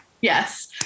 Yes